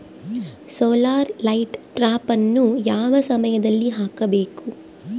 Solar light ಟ್ರಾಪನ್ನು ಯಾವ ಸಮಯದಲ್ಲಿ ಹಾಕಬೇಕು?